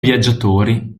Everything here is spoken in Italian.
viaggiatori